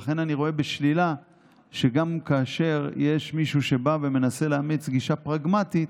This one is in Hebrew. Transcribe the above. לכן אני רואה בשלילה שגם כאשר יש מישהו שמנסה גישה פרגמטית,